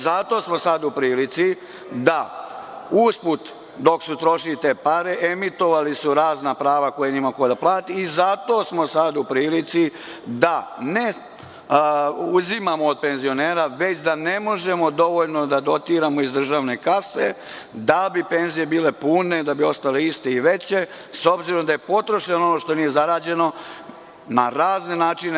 Zato smo sada u prilici da usput dok se trošili te pare emitovali su razna prava koja nije imao ko da plati i zato smo sada u prilici da ne uzimamo od penzionera, već da ne možemo dovoljno da dotiramo iz državne kase da bi penzije bile pune, da bi ostale iste i veće, s obzirom da je potrošeno ono što nije zarađeno na razne načine.